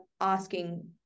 asking